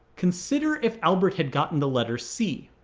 consider if albert had gotten the letter c.